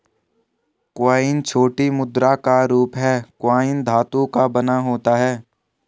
coin छोटी मुद्रा का रूप है कॉइन धातु का बना होता है